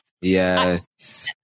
Yes